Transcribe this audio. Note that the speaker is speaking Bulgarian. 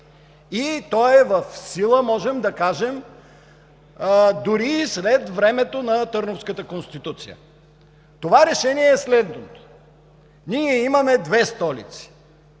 То е в сила, можем да кажем, дори и след времето на Търновската конституция. Това Решение е следното: „Ние имаме две столици: